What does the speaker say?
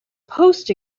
post